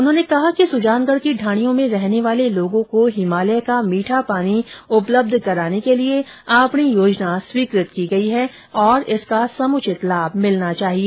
उन्होंने कहा कि सुजानगढ़ की ढाणियों में रहने वाले लोगों को हिमालय का मीठा पानी मुहैया कराने के लिए आपणी योजना स्वीकृत की गई है और इसका समुचित लाभ मिलना चाहिए